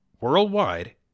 worldwide